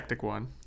One